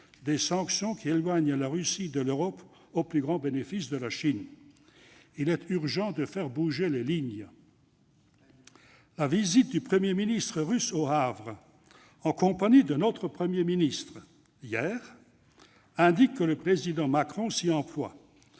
des sanctions qui éloignent la Russie de l'Europe au plus grand bénéfice de la Chine. Il est urgent de faire bouger les lignes ! Très bien ! La visite du Premier ministre russe, hier, au Havre, en compagnie de notre Premier ministre, indique qu'Emmanuel Macron s'y emploie.